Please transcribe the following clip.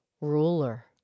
ruler